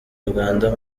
uganda